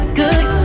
good